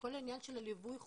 שכל העניין של ליווי חובות.